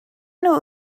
nhw